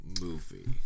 movie